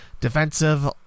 defensive